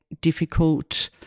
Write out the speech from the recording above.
difficult